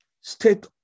state